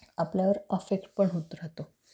आपल्यावर अफेक्ट पण होत राहातो